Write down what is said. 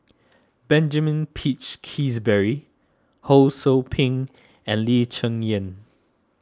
Benjamin Peach Keasberry Ho Sou Ping and Lee Cheng Yan